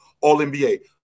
all-NBA